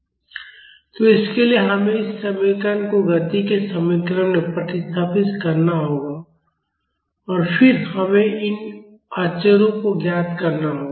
D cos तो उसके लिए हमें इस समीकरण को गति के समीकरण में प्रतिस्थापित करना होगा और फिर हमें इन अचरों को ज्ञात करना होगा